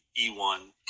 E1